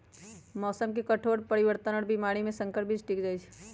मौसम के कठोर परिवर्तन और बीमारी में संकर बीज टिक जाई छई